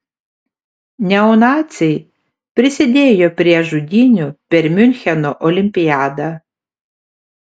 neonaciai prisidėjo prie žudynių per miuncheno olimpiadą